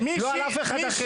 לא על אף אחד אחר.